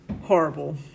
horrible